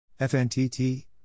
FNTT